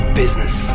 business